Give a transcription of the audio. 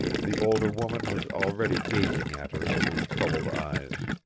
the older woman was already gazing at her through troubled eyes.